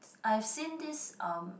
I've seen this um